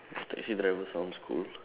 taxi driver sounds cool